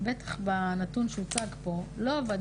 בטח בנתון שהוצג פה לא עבד.